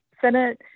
Senate